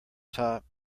top